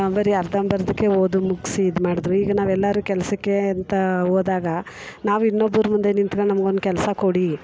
ಬರಿ ಅರ್ಧಂಬರ್ಧಕ್ಕೆ ಓದು ಮುಗಿಸಿ ಇದು ಮಾಡಿದ್ರು ಈಗ ನಾವು ಎಲ್ಲರೂ ಕೆಲಸಕ್ಕೆ ಅಂತ ಹೋದಾಗ ನಾವಿನ್ನೊಬ್ರ ಮುಂದೆ ನಿಂತ್ಕೊಂಡು ನಮ್ಗೊಂದು ಕೆಲಸ ಕೊಡಿ